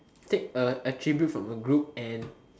state a attribute from a group and